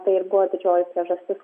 tai ir buvo didžioji priežastis